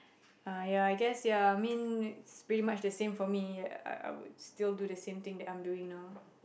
uh ya I guess ya I mean it's pretty much the same for me I would still do the same things I'm doing now